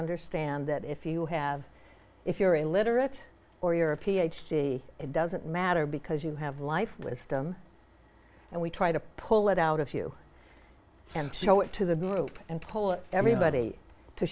understand that if you have if you're illiterate or you're a p h d it doesn't matter because you have life wisdom and we try to pull it out of you and show it to the group and told everybody to